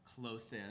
closest